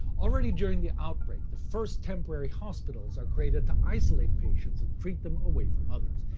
already during the outbreak the first temporary hospitals are created to isolate patients and treat them away from others.